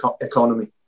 economy